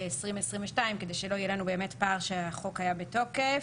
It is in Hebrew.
2022 כדי שלא יהיה לנו באמת פער שהחוק היה בתוקף.